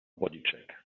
bodycheck